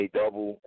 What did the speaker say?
double